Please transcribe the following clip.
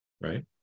right